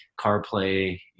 CarPlay